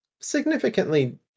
significantly